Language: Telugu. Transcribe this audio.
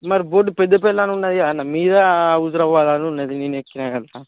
మరి బోర్డు పెద్దపల్లి అని ఉన్నది కదా అన్నా మీద హుజురాబాద్ అని ఉన్నది ఇక నేను ఎక్కిన గట్లా